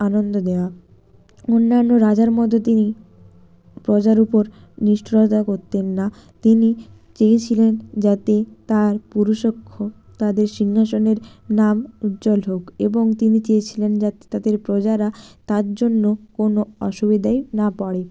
আনন্দ দেওয়া অন্যান্য রাজার মতো তিনি প্রজার উপর নিষ্ঠুরতা করতেন না তিনি চেয়েছিলেন যাতে তার পুরুসখ্য তাদের সিংহাসনের নাম উজ্জ্বল হোক এবং তিনি চেয়েছিলেন যাতে তাদের প্রজারা তার জন্য কোনো অসুবিধায় না পড়ে